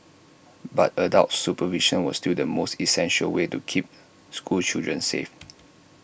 but adult supervision was still the most essential way to keep school children safe